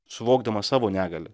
suvokdamas savo negalią